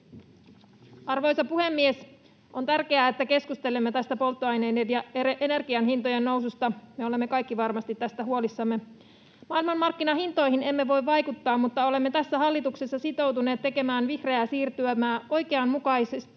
Arvoisa puhemies! On tärkeää, että keskustelemme tästä polttoaineiden ja energian hintojen noususta. Me olemme kaikki varmasti tästä huolissamme. Maailmanmarkkinahintoihin emme voi vaikuttaa, mutta olemme tässä hallituksessa sitoutuneet tekemään vihreää siirtymää oikeudenmukaisesti,